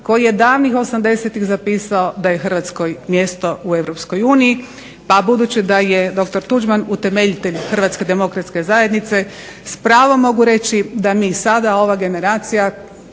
koji je davnih osamdesetih zapisao da je Hrvatskoj mjesto u EU. Pa budući da je dr. Tuđman utemeljitelj HDZ-a s pravom mogu reći da mi sada ova generacija